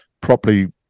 properly